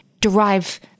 derive